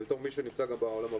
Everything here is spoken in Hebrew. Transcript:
גם כמי שנמצא בעולם הבין-לאומי,